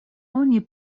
oni